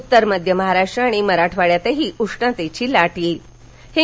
उत्तर मध्य महाराष्ट्र आणि मराठवाङ्यातही उष्णतेची लाट येईल